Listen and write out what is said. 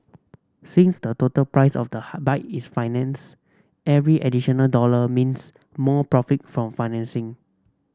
since the total price of the hard bike is finance every additional dollar means more profit from financing